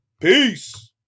Peace